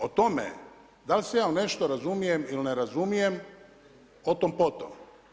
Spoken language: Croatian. O tome da li se ja u nešto razumijem ili ne razumijem o tom potom.